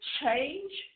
change